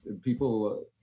people